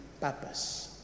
Purpose